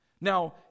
Now